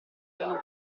erano